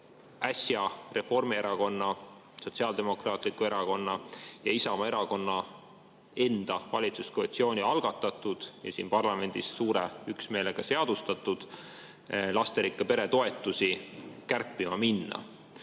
äsja Reformierakonna, Sotsiaaldemokraatliku Erakonna ja Isamaa Erakonna enda valitsuskoalitsiooni algatatud ja siin parlamendis suure üksmeelega seadustatud lasterikka pere toetust kärpima minna.